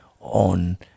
on